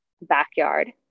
backyard